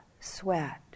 sweat